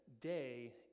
day